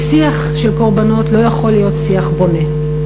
כי שיח של קורבנות לא יכול להיות שיח בונה.